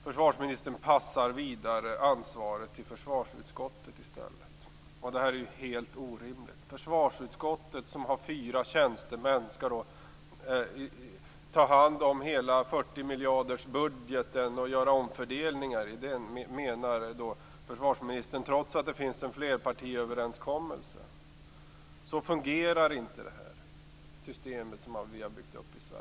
Försvarsministern passar ansvaret vidare till försvarsutskottet, och det är ju helt orimligt. Försvarsministern menar att försvarsutskottet, som har fyra tjänstemän, skall ta hand om hela 40 miljardersbudgeten och göra omfördelningar i den, trots att det finns en flerpartiöverenskommelse. Så fungerar inte det system som vi har byggt upp i Sverige.